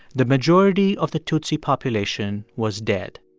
the majority of the tutsi population was dead.